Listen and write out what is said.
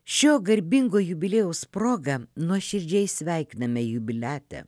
šio garbingo jubiliejaus proga nuoširdžiai sveikiname jubiliatę